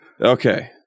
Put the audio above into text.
Okay